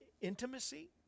intimacy